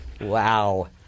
Wow